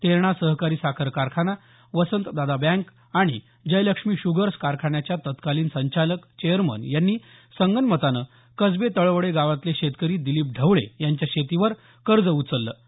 तेरणा सहकारी साखर कारखाना वसंतदादा बँक आणि जयलक्ष्मी शुगर्स कारखान्याच्या तत्कालिन संचालक चेअरमन यांनी संगनमताने कसबे तळवडे गावातले शेतकरी दिलीप ढवळे यांच्या शेतीवर कर्ज उचलण्यात आलं होतं